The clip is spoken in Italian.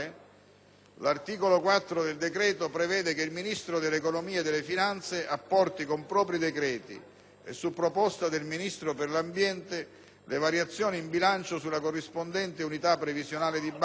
l'articolo 4 del decreto prevede che il Ministro dell'economia e delle finanze apporti con propri decreti, e su proposta del Ministro per l'ambiente, le variazioni in bilancio sulla corrispondente unità previsionale di base,